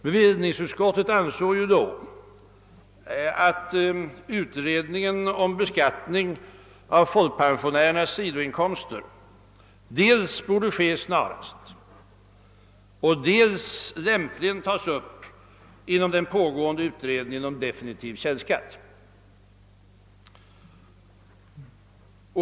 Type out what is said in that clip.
Bevillningsutskottet ansåg då att utredningen om beskattning av folkpensionärernas sidoinkomster dels borde göras snarast, dels lämpligen inordnas i den pågående utredningen om definitiv källskatt.